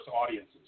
audiences